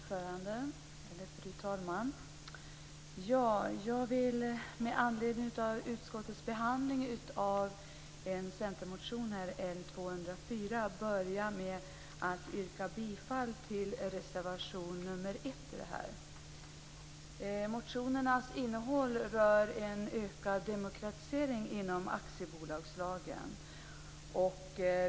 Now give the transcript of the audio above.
Fru talman! Jag vill med anledning av utskottets behandling av en centermotion, L204, börja med att yrka bifall till reservation nr 1 i betänkandet. Motionerna rör en ökad demokratisering inom aktiebolagslagen.